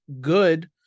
good